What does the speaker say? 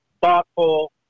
thoughtful